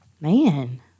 man